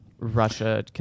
Russia